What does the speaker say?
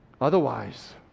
Otherwise